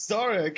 Sorry